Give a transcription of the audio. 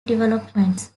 developments